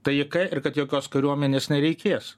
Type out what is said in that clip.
taika ir kad jokios kariuomenės nereikės